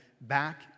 ...back